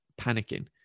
panicking